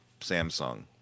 samsung